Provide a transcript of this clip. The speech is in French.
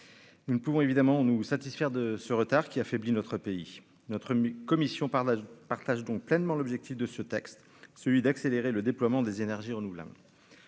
nous ne pouvons évidemment nous satisfaire de ce retard qui affaiblit notre pays, notre commission par la partage donc pleinement l'objectif de ce texte : celui d'accélérer le déploiement des énergies renouvelables,